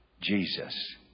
Jesus